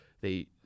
They-